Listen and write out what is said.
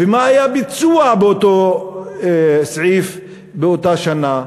ומה היה הביצוע באותו סעיף באותה שנה,